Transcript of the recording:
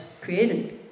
created